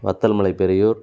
Vathalmalai Peraiyur